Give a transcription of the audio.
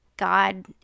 God